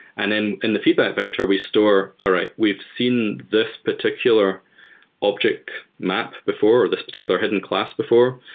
and then in the feedback vector, we store all right. we've seen this particular object map before or this particular hidden class before,